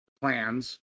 plans